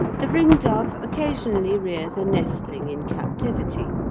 the ringdove occasionally rears a nestling in captivity,